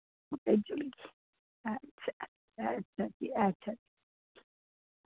भेजी ओड़गी अच्छा अच्छा फ्ही अच्छा